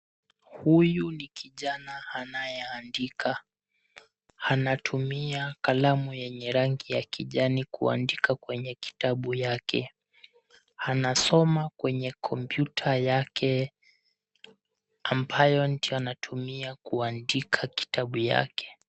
Huyu ni kijana anayeandika, anatumia kalamu yenye rangi ya kijani kuandika kwenye kitabu yake. Anasoma kwenye kompyuta yake ambayo ndio anatumia kundika kitabu yake.